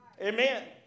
Amen